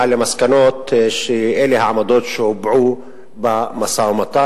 למסקנות שאלה העמדות שהובעו במשא-ומתן.